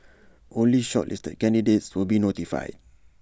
only shortlisted candidates will be notified